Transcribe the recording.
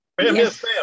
Yes